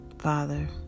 father